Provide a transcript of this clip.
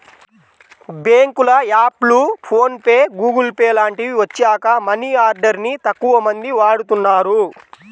బ్యేంకుల యాప్లు, PhonePe, Google Pay లాంటివి వచ్చాక మనీ ఆర్డర్ ని తక్కువమంది వాడుతున్నారు